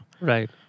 Right